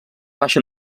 baixa